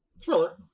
thriller